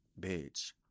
bitch